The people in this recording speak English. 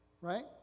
right